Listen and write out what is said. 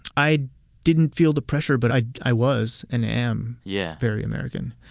i didn't feel the pressure but i i was and am yeah very american.